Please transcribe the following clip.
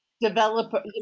developer